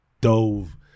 dove